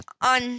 on